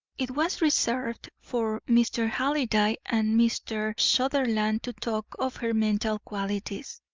it was reserved for mr. halliday and mr. sutherland to talk of her mental qualities.